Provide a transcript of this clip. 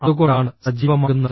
അതുകൊണ്ടാണ് സജീവമാകുന്നത്